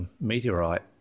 meteorite